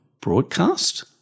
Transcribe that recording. broadcast